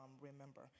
remember